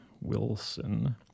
Wilson